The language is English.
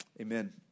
Amen